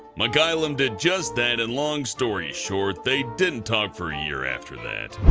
mkylem did just that and, long story short, they didn't talk for a year after that.